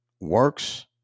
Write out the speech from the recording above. works